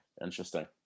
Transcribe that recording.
Interesting